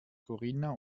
corinna